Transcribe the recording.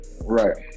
right